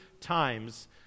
times